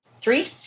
three